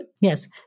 Yes